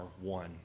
one